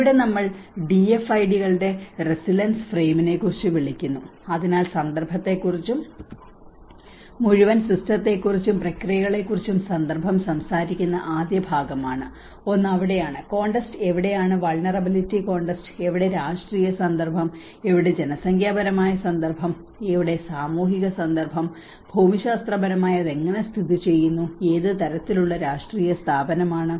ഇവിടെ നമ്മൾ ഡിഎഫ്ഐഡികളുടെ റെസിലൻസ് ഫ്രെയിമിനെ കുറിച്ച് വിളിക്കുന്നു അതിനാൽ സന്ദർഭത്തെക്കുറിച്ചും മുഴുവൻ സിസ്റ്റത്തെക്കുറിച്ചും പ്രക്രിയകളെക്കുറിച്ചും സന്ദർഭം സംസാരിക്കുന്ന ആദ്യ ഭാഗമാണ് ഒന്ന് അവിടെയാണ് കോണ്ടെസ്റ് എവിടെയാണ് വുൾനിറബിലിറ്റി കോണ്ടെസ്റ് എവിടെ രാഷ്ട്രീയ സന്ദർഭം എവിടെ ജനസംഖ്യാപരമായ സന്ദർഭം എവിടെ സാമൂഹിക സന്ദർഭം ഭൂമിശാസ്ത്രപരമായി അത് എങ്ങനെ സ്ഥിതി ചെയ്യുന്നു ഏത് തരത്തിലുള്ള രാഷ്ട്രീയ സ്ഥാപനമാണ്